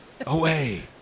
Away